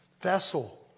vessel